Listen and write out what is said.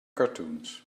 cartoons